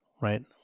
Right